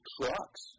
trucks